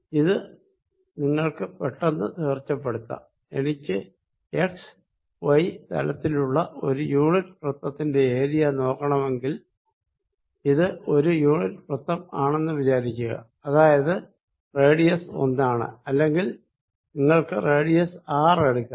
ഇത് നിങ്ങൾക്ക് പെട്ടെന്ന് തീർച്ചപ്പെടുത്താം എനിക്ക് എക്സ്വൈ തലത്തിലുള്ള ഒരു യൂണിറ്റ് വൃത്തത്തിന്റെ ഏരിയ നോക്കണമെങ്കിൽ ഇത് ഒരു യൂണിറ്റ് വൃത്തം ആണെന്ന് വിചാരിക്കുകഅതായത് റേഡിയസ് ഒന്നാണ് അല്ലെങ്കിൽ നിങ്ങൾക്ക് റേഡിയസ് ആർ എടുക്കാം